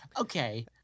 okay